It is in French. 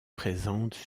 présentes